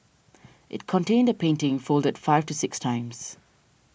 it contained a painting folded five to six times